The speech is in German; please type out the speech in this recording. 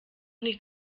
nicht